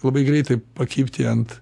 labai greitai pakibti ant